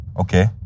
Okay